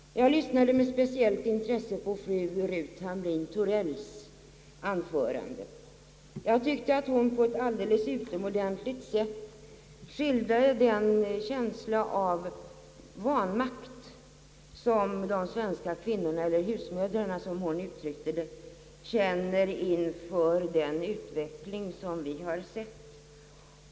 Jag lyssnade med speciellt intresse till fru Hamrin-Thorells anförande. Jag tyckte att hon på ett alldeles utomordentligt sätt skildrade den känsla av vanmakt som de svenska kvinnorna — eller husmödrarna, som hon uttryckte det — känner inför den utveckling som vi har sett.